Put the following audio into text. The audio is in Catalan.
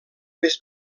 més